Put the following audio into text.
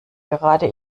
gerade